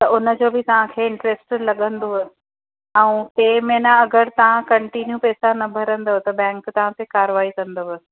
त उनजो बि तव्हांखे इंट्रस्ट लॻंदव तव्हां उहे टे महीना अगरि तव्हां कंटिन्यूं पैसा न भरंदव त बैंक तव्हांखे कारवाही कंदव